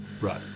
Right